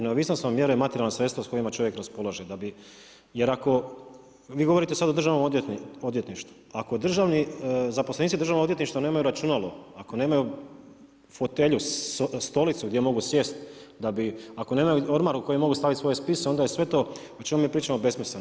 Neovisnost vam mjere materijalna sredstva s kojima čovjek raspolaže, jer ako, vi govorite sad o državnom odvjetništvu, ako zaposlenici državnog odvjetništva nemaju računalo, ako nemaju fotelju, stolicu gdje mogu sjesti, da bi, ako nemaju ormar, u kojem mogu staviti svoje spise, onda je sve to o čemu mi pričamo besmislen.